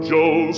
Joe